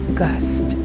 gust